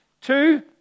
two